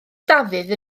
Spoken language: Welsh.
dafydd